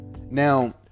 Now